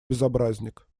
безобразник